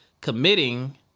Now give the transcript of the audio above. committing